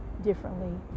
differently